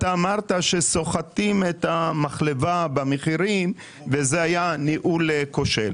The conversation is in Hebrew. אמרת שסוחטים את המחלבה במחירים וזה היה ניהול כושל.